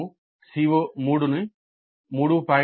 మేము CO3 ను 3